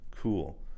Cool